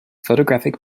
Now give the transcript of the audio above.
photographic